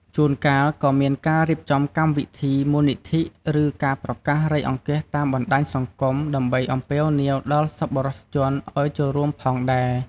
ជួនកាលក៏មានការរៀបចំកម្មវិធីមូលនិធិ ឬការប្រកាសរៃអង្គាសតាមបណ្ដាញសង្គម ដើម្បីអំពាវនាវដល់សប្បុរសជនឱ្យចូលរួមផងដែរ។